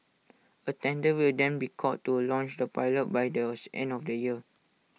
A tender will then be called to launch the pilot by those end of the year